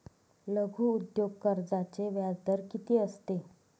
लघु उद्योग कर्जाचे व्याजदर किती असते?